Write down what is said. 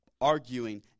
arguing